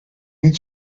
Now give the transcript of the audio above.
niet